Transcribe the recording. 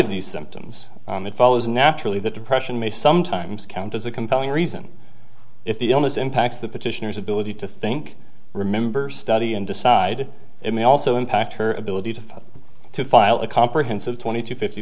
of these symptoms that follows naturally that depression may sometimes count as a compelling reason if the illness impacts the petitioner's ability to think remember study and decide it may also impact her ability to fail to file a comprehensive twenty two fifty